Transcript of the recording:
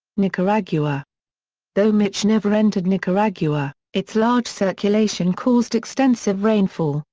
nicaragua though mitch never entered nicaragua, its large circulation caused extensive rainfall,